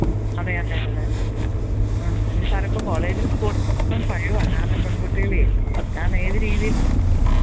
അതെ അതെ അതെ അതെ ആ എന്റെ സാറെ ഇപ്പം കോളേജിലും സ്കൂളിലും പഴയ പെണ്കുട്ടികളെ കാരണം ഏത് രീതി